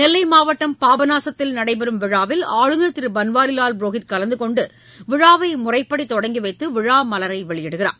நெல்லைமாவட்டம் பாபநாசத்தில் நடைபெறும் விழாவில் ஆளுநர் திருபன்வாரிவால் புரோஹித் கலந்து கொண்டுவிழாவைமுறைப்படி தொடங்கிவைத்துவிழாமலரைவெளியிடுகிறார்